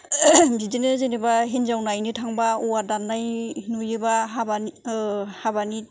बिदिनो जेनेबा हिनजाव नायनो थाङोबा औवा दाननाय नुयोबा हाबानि